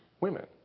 women